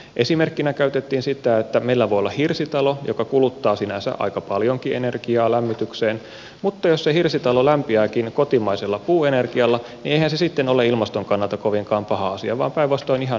esimerkkinä käytettiin sitä että meillä voi olla hirsitalo joka kuluttaa sinänsä aika paljonkin energiaa lämmitykseen mutta jos se hirsitalo lämpiääkin kotimaisella puuenergialla niin eihän se sitten ole ilmaston kannalta kovinkaan paha asia vaan päinvastoin ihan passeli ratkaisu